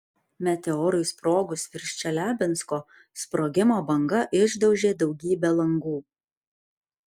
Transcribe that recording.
meteorui sprogus virš čeliabinsko sprogimo banga išdaužė daugybę langų